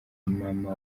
mama